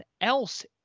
else